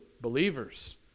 Believers